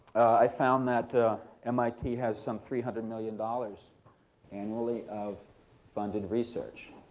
i found that mit has some three hundred million dollars annually of funded research.